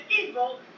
evil